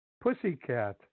Pussycat